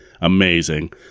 amazing